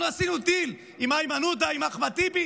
אנחנו עשינו דיל עם איימן עודה, עם אחמד טיבי.